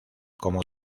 como